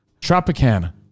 Tropicana